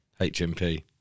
HMP